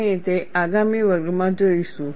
આપણે તે આગામી વર્ગમાં જોઈશું